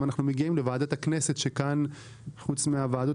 אנחנו מגיעים לוועדת הכנסת כאשר כאן - חוץ מהוועדות